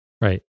Right